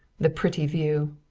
the pretty view!